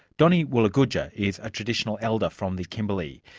donny woolagoodja is a traditional elder from the kimberley.